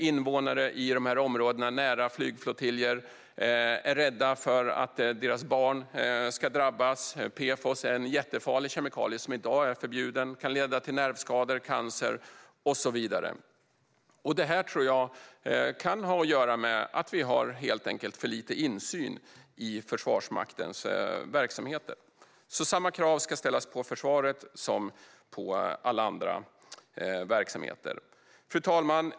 Invånarna i dessa områden nära flygflottiljer är rädda för att deras barn ska drabbas, eftersom denna mycket farliga kemikalie kan leda till nervskador, cancer och så vidare. Det här tror jag kan ha att göra med att vi helt enkelt har för lite insyn i Försvarsmaktens verksamheter. Samma krav ska alltså ställas på försvaret som på alla andra verksamheter. Fru talman!